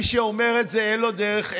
מי שאומר את זה, אין לו דרך ארץ.